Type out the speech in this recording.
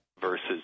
versus